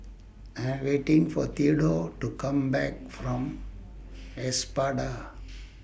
I Am waiting For Theadore to Come Back from Espada